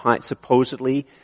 supposedly